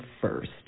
first